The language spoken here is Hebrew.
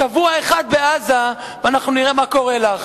שבוע אחד בעזה ואנחנו נראה מה קורה לך.